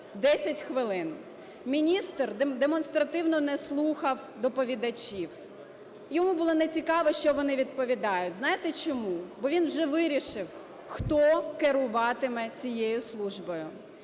10 хвилин. Міністр демонстративно не слухав доповідачів, йому було нецікаво, що вони відповідають. Знаєте чому? Бо він вже вирішив, хто керуватиме цією службою.